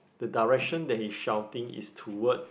the direction that he shouting is towards